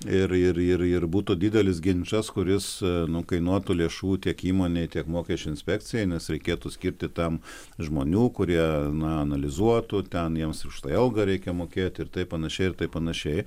ir ir ir ir būtų didelis ginčas kuris nu kainuotų lėšų tiek įmonei tiek mokesčių inspekcijai nes reikėtų skirti tam žmonių kurie analizuotų ten jiems už tai algą reikia mokėti ir taip panašiai ir taip panašiai